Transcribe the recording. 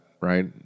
right